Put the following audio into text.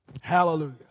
Hallelujah